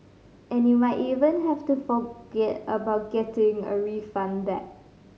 and you might even have to forget about getting a refund back